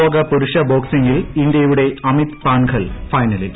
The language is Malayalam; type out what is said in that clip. ലോക പുരുഷ ബോക്സിംഗിൽ ഇന്ത്യയുടെ അമിത് പാൻഗൽ ഫൈനലിൽ